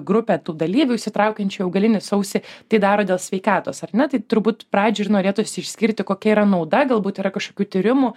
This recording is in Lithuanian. grupė tų dalyvių įsitraukiančių į augalinį sausį tai daro dėl sveikatos ar ne tai turbūt pradžiai ir norėtųsi išskirti kokia yra nauda galbūt yra kažkokių tyrimų